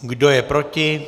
Kdo je proti?